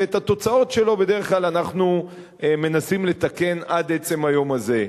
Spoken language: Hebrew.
ואת התוצאות שלו בדרך כלל אנחנו מנסים לתקן עד עצם היום הזה.